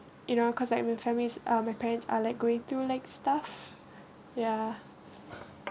you know cause I'm in families uh my parents are like going through like stuff ya